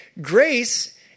Grace